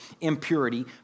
impurity